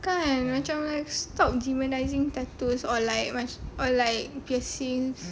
kan macam like stop demonising tattoos or like macam or like piercings